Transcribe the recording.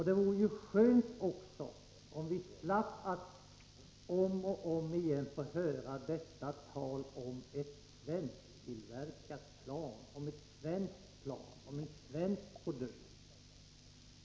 Det vore skönt, om vi slapp att om och om igen få höra detta tal om ett svensktillverkat plan, en svensk produkt.